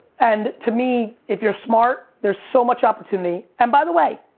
and to me, if you're smart, there's so much opportunity and, by the way,